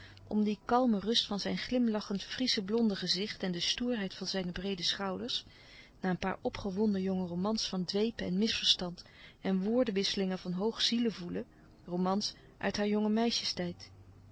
om die kalme rust van zijn glimlachend friesche blonde gezicht en de stoerheid van zijne breede schouders na een paar opgewonden jonge romans van dwepen en misverstand en woordenwisselingen van hoog zielevoelen romans uit